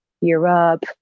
Europe